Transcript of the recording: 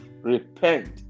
repent